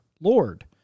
Lord